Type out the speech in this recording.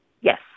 Yes